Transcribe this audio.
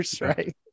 right